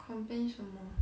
complain 什么